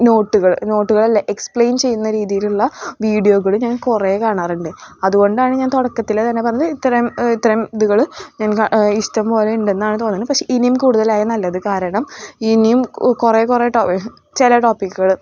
നോട്ടുകൾ നോട്ടുകളല്ല എക്സ്പ്ലെയിൻ ചെയ്യുന്ന രീതിയിലുള്ള വീഡിയോകൾ ഞാൻ കുറേ കാണാറുണ്ട് അതുകൊണ്ടാണ് ഞാൻ തുടക്കത്തിലേ തന്നെ പറഞ്ഞത് ഇത്രയും ഇത്രയും ഇതുകൾ ഞാൻ ഇഷ്ടംപോലെ ഉണ്ടെന്നാണ് തോന്നുന്നത് പക്ഷേ ഇനിയും കൂടുതലായാൽ നല്ലത് കാരണം ഇനിയും കുറേ കുറേ ടോ ചില ടോപ്പിക്കുകൾ